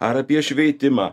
ar apie šveitimą